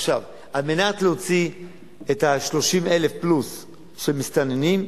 על מנת להוציא את ה-30,000 פלוס של מסתננים,